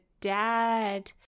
dad